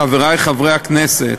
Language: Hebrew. חברי חברי הכנסת,